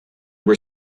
were